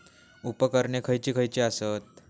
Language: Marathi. उपकरणे खैयची खैयची आसत?